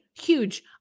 huge